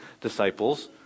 disciples